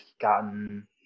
gotten